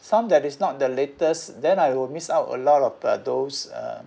some that is not the latest then I will miss out a lot of uh those uh